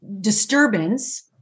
disturbance